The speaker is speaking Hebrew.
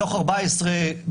מתוך 15 תיקים.